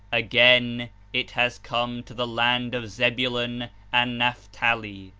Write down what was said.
again it has come to the land of zebulun and naphtali,